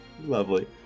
lovely